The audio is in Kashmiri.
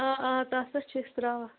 آ آ تتھ حظ چھِ أسۍ ترٛاوان